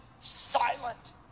silent